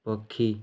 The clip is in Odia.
ପକ୍ଷୀ